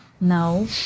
No